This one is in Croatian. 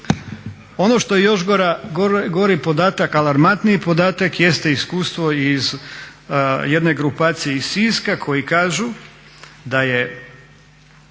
Ono što je još gori podatak, alarmantniji podatak jeste iskustvo iz jedne grupacije iz Siska koji kažu da se